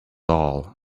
all